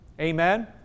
Amen